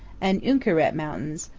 and uinkaret mountains,